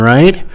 Right